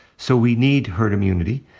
so we need herd immunity.